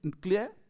clear